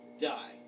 die